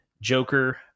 Joker